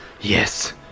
yes